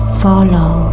follow